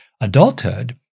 adulthood